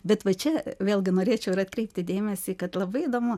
bet va čia vėlgi norėčiau ir atkreipti dėmesį kad labai įdomu